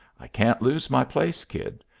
i can't lose my place, kid,